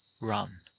run